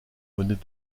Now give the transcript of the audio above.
venait